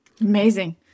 Amazing